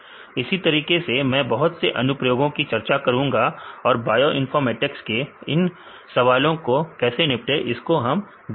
इसी तरीके से मैं बहुत से अनुप्रयोगों की चर्चा करूंगा औरबायइनफॉर्मेटिक्स के इन सवालों को कैसे निपटें इसको भी देखेंगे